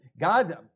God